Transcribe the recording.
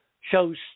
shows